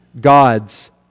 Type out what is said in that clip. God's